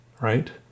right